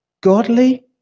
godly